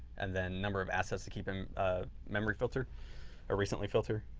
and then number of assets to keep in memory filter or recently filtered.